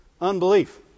Unbelief